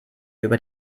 über